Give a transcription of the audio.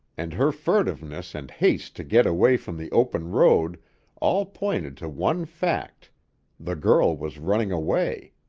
and her furtiveness and haste to get away from the open road all pointed to one fact the girl was running away.